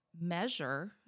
measure